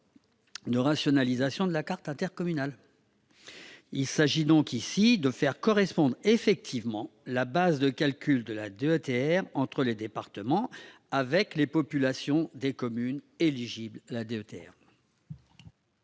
de rationalisation de la carte intercommunale. Il s'agit donc de faire correspondre effectivement la base de calcul de la DETR entre les départements avec les populations des communes éligibles à la DETR.